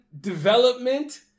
development